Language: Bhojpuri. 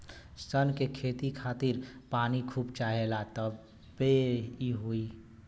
सन के खेती खातिर पानी खूब चाहेला तबे इ होई